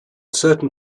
certain